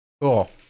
Cool